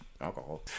alcohol